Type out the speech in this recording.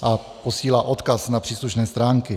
A posílá odkaz na příslušné stránky.